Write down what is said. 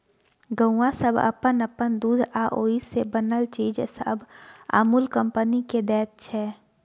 गौआँ सब अप्पन अप्पन दूध आ ओइ से बनल चीज सब अमूल कंपनी केँ दैत छै